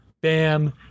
bam